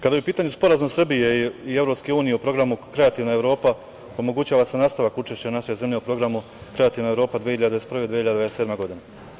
Kada je u pitanju Sporazum Srbije i EU o programu - Kreativna Evropa, omogućava se nastavak učešća naše zemlje u programu – Kreativna Evropa 2021-2027 godina.